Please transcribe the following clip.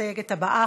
המסתייגת הבאה,